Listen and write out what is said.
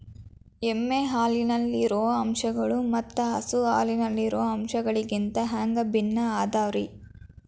ಎಮ್ಮೆ ಹಾಲಿನಲ್ಲಿರೋ ಅಂಶಗಳು ಮತ್ತ ಹಸು ಹಾಲಿನಲ್ಲಿರೋ ಅಂಶಗಳಿಗಿಂತ ಹ್ಯಾಂಗ ಭಿನ್ನ ಅದಾವ್ರಿ?